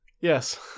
Yes